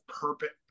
perfect